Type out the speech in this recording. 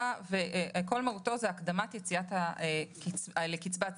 שכל מהותו הוא הקדמת יציאה לקצבת זקנה.